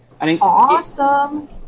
Awesome